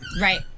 Right